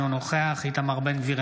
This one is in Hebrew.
אינו נוכח איתמר בן גביר,